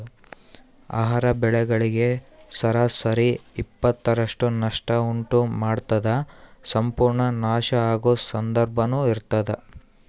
ಆಹಾರ ಬೆಳೆಗಳಿಗೆ ಸರಾಸರಿ ಇಪ್ಪತ್ತರಷ್ಟು ನಷ್ಟ ಉಂಟು ಮಾಡ್ತದ ಸಂಪೂರ್ಣ ನಾಶ ಆಗೊ ಸಂದರ್ಭನೂ ಇರ್ತದ